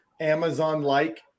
Amazon-like